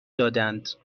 دادند